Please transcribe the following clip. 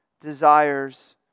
desires